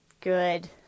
good